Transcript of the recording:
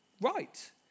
right